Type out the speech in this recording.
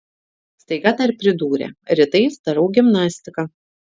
staiga dar pridūrė rytais darau gimnastiką